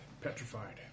Petrified